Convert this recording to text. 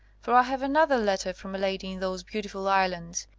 for i have another letter from a lady in those beautiful islands,